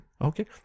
okay